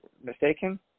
mistaken